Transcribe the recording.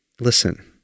Listen